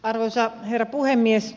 arvoisa herra puhemies